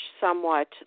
somewhat